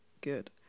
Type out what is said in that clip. good